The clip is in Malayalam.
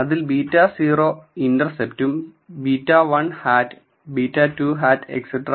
അതിൽ β̂₀ ഇന്റർസെപ്റ്റും β1 ഹാറ്റ് β2 ഹാറ്റ് etc